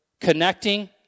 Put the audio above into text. connecting